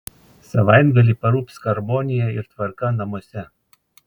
savaitgalį parūps harmonija ir tvarka namuose